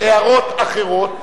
הערות אחרות,